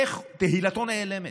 איך תהילתו נעלמת.